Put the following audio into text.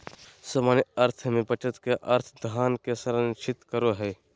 सामान्य अर्थ में बचत के अर्थ धन के संरक्षित करो हइ